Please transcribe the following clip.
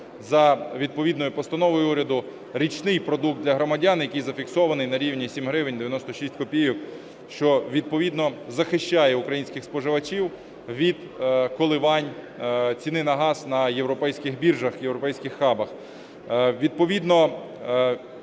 за відповідною постановою уряду річний продукт для громадян, який зафіксований на рівні 7 гривень 96 копійок, що відповідно захищає українських споживачів від коливань ціни на газ на європейських біржах, європейських хабах. Відповідно